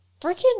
Freaking